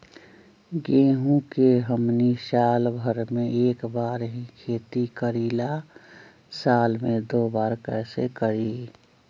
गेंहू के हमनी साल भर मे एक बार ही खेती करीला साल में दो बार कैसे करी?